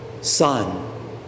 Son